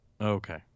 Okay